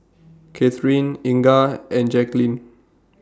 Katheryn Inga and Jaqueline